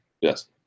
Yes